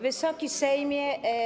Wysoki Sejmie!